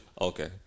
Okay